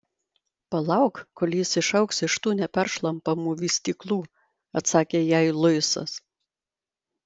palauk kol jis išaugs iš tų neperšlampamų vystyklų atsakė jai luisas